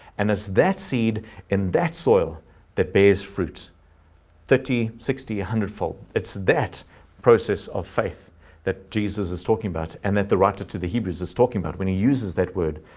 and as that seed in that soil that bares fruit thirty sixty one hundred fold. it's that process of faith that jesus is talking about, and that the writer to the hebrews is talking about when he uses that word,